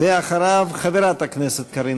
אחריו, חברת הכנסת קארין